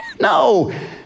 No